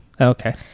Okay